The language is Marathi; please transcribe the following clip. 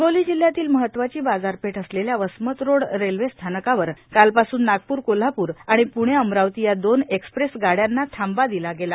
हिंगोली जिल्ह्यातली महत्वाची बाजारपेठ असलेल्या वसमत रोड रेल्वे स्थानकावर कालपासून नागपूर कोल्हापूर आणि पूणे अमरावती या दोन एक्सप्रेस गाड्यांना थांबा दिला गेला